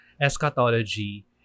eschatology